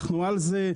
אנחנו על זה,